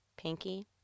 pinky